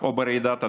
או ברעידת אדמה.